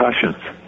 concussions